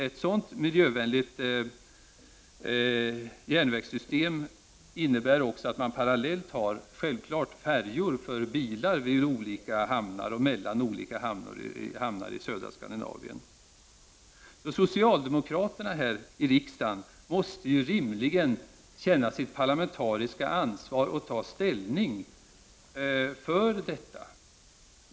Ett sådant miljövänligt järnvägssystem innebär självklart också att det parallellt finns färjor för bilar mellan olika hamnar i södra Skandinavien. Socialdemokraterna här i riksdagen måste rimligen känna sitt parlamentariska ansvar och ta ställning för detta.